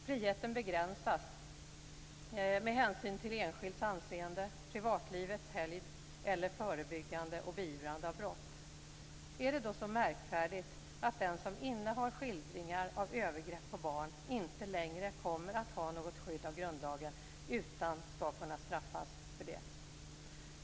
Friheten begränsas med hänsyn till enskilds anseende, privatlivets helgd eller förebyggande och beivrande av brott. Är det då så märkvärdigt att den som innehar skildringar av övergrepp på barn inte längre kommer att ha något skydd av grundlagen utan skall kunna straffas för det?